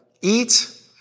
eat